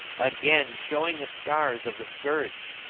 again showing the scars of the scourge.